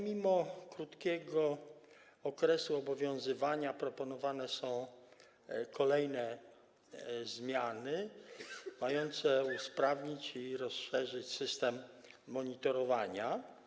Mimo krótkiego okresu obowiązywania proponowane są kolejne zmiany mające usprawnić i rozszerzyć system monitorowania.